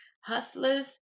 Hustlers